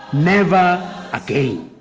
never again.